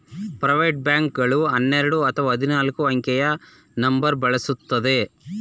private bank ಗಳು ಹನ್ನೆರಡು ಅಥವಾ ಹದಿನಾಲ್ಕು ಅಂಕೆಯ ನಂಬರ್ ಬಳಸುತ್ತದೆ